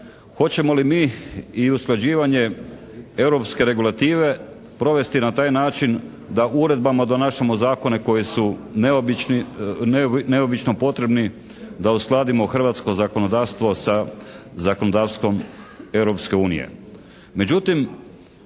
Hoćemo li mi i usklađivanje europske regulative provesti na taj način da uredbama donašamo zakone koji su neobično potrebno da uskladimo hrvatsko zakonodavstvom sa zakonodavstvom Europske unije?